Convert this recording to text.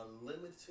unlimited